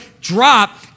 drop